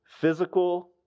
physical